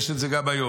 יש את זה גם היום,